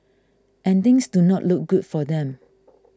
and things do not look good for them